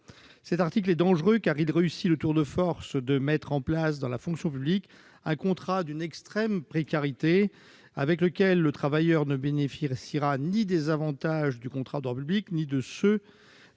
Cet article est dangereux, car il réussit le tour de force de mettre en place, dans la fonction publique, un contrat d'une extrême précarité, avec lequel le travailleur ne bénéficiera ni des avantages d'un contrat de droit public ni de ceux